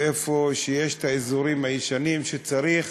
ששם ישנם האזורים הישנים שצריך